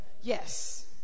Yes